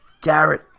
Garrett